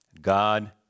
God